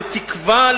לתקווה,